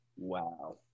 wow